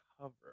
cover